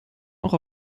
auch